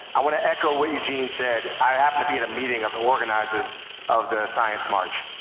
i wanna echo what eugene said. i happened to be at a meeting of the organizers of the science march.